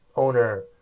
Owner